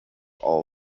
all